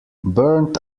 burnt